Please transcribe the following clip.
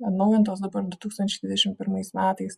atnaujintos dabar du tūkstančiai dvidešim pirmais metais